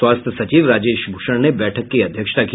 स्वास्थ्य सचिव राजेश भूषण ने बैठक की अध्यक्षता की